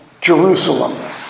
Jerusalem